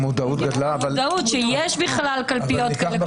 גם המודעות, שיש בכלל קלפיות כאלה.